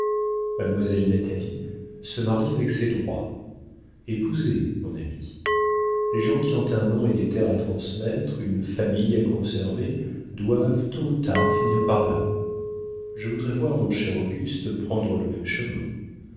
mademoiselle natalie se marie avec ses droits épousez mon ami les gens qui ont un nom et des terres à transmettre une famille à conserver doivent tôt ou tard finir par là je voudrais voir mon cher auguste prendre le même chemin